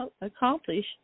accomplish